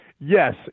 yes